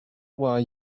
why